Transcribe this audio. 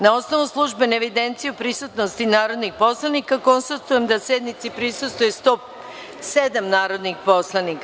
Na osnovu službene evidencije o prisutnosti narodnih poslanika, konstatujem da sednici prisustvuje 107 narodnih poslanika.